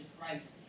Christ